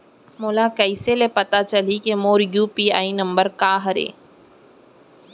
मोला कइसे ले पता चलही के मोर यू.पी.आई नंबर का हरे?